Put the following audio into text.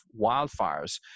wildfires